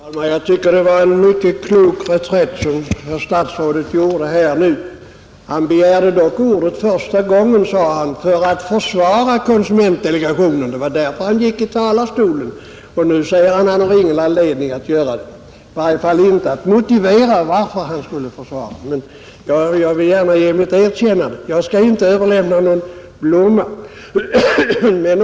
Herr talman! Jag tycker det var en mycket klok reträtt herr statsrådet gjorde nu. Han begärde dock ordet första gången, sade han, för att försvara konsumentdelegationen. Det var därför han gick i talarstolen. Nu säger han att han inte har någon anledning att försvara konsumentdelegationen, i varje fall inte att motivera varför han skulle försvara den. Jag vill gärna ge mitt erkännande. Jag skall inte överlämna någon blomma.